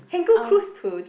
can go cruise to